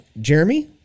Jeremy